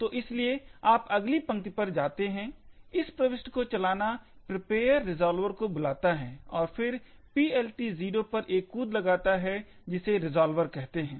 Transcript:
तो इसलिए आप अगली पंक्ति पर जाते हैं इस प्रविष्टि को चलाना प्रिपेयर रिज़ॉल्वर को बुलाता है और फिर PLT0 पर एक कूद लगाता है जिसे रिज़ॉल्वर कहते हैं